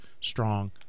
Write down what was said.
strong